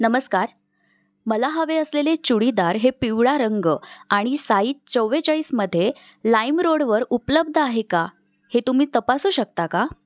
नमस्कार मला हवे असलेले चुडीदार हे पिवळा रंग आणि साई चव्वेचाळीसमध्ये लाईमरोडवर उपलब्ध आहे का हे तुम्ही तपासू शकता का